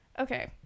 Okay